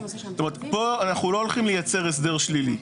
זאת אומרת, פה אנחנו הולכים לייצר הסדר שלילי.